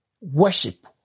worship